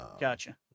Gotcha